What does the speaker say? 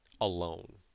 alone